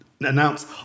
announce